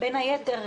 בין היתר,